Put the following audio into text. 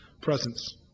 presence